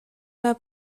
war